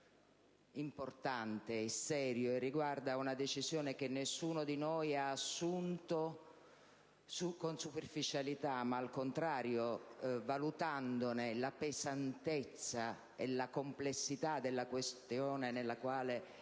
importante e serio, ha riguardato una decisione che nessuno di noi ha assunto con superficialità, ma, al contrario, valutando la pesantezza e la complessità della questione che andava